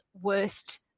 worst